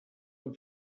amb